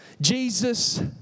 Jesus